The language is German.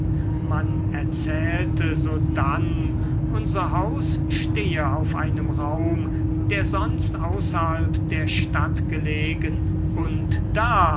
man erzählte sodann unser haus stehe auf einem raum der sonst außerhalb der stadt gelegen und da